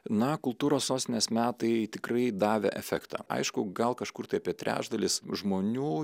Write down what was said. na kultūros sostinės metai tikrai davė efektą aišku gal kažkur tai apie trečdalis žmonių